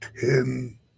ten